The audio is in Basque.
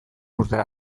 urtera